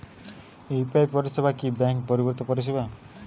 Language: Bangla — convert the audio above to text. ইউ.পি.আই পরিসেবা কি ব্যাঙ্ক বর্হিভুত পরিসেবা?